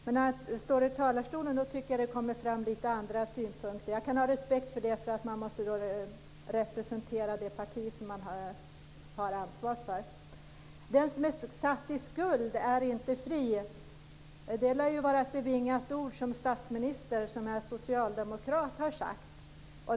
När han står i talarstolen tycker jag att det kommer fram lite andra synpunkter. Jag kan ha respekt för det, för man måste representera det parti man har ansvar för. Den som är satt i skuld är inte fri. Det lär vara ett bevingat ord som statsministern, som är socialdemokrat, har sagt.